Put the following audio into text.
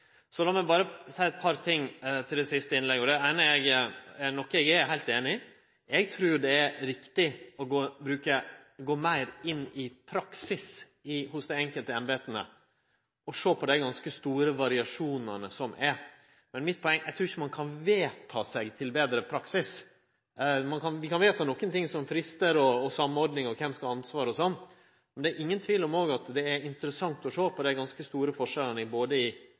meg berre seie eit par ting til det siste innlegget. Det eine er noko eg er heilt einig i: Eg trur det er riktig å gå meir inn i praksisen ved dei enkelte embeta og sjå på dei ganske store variasjonane som er. Men mitt poeng er at eg trur ikkje ein kan vedta seg til betre praksis. Ein kan vedta nokre ting, som fristar, samordning og kven som skal ha ansvaret. Men det er ingen tvil om at det er interessant å sjå på dei ganske store forskjellane både i